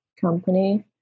company